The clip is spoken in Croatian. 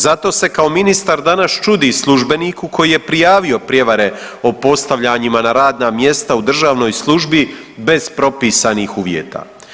Zato se kao ministar danas čudi službeniku koji je prijavio prijevare o postavljanjima na radna mjesta u državnoj službi bez propisanih uvjeta.